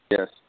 Yes